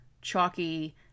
chalky